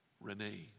Renee